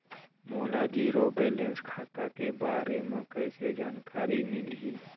मोला zero balance खाता के बारे म कैसे जानकारी मिलही?